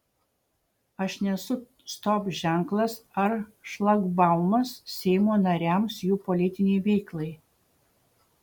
aš nesu stop ženklas ar šlagbaumas seimo nariams jų politinei veiklai